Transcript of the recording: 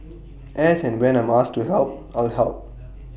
as and when I'm asked to help I'll help